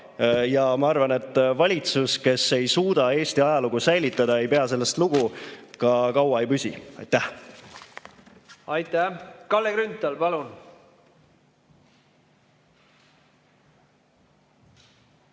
Ma arvan, et valitsus, kes ei suuda Eesti ajalugu säilitada, ei pea sellest lugu, ka kaua ei püsi. Aitäh! Aitäh! Kalle Grünthal, palun!